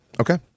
Okay